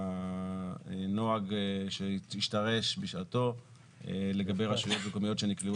כשהנוהג שהשתרש בשעתו לגבי רשויות מקומיות שנקלעו